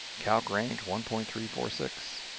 calc range, one point three four six,